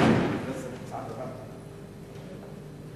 אריאל ומסעוד גנאים בסדר-היום של הכנסת נתקבלה.